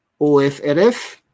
OFRF